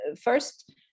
First